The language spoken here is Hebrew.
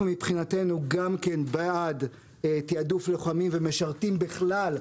אנחנו מבחינתנו גם כן בעד תיעדוף לוחמים ומשרתים בכלל,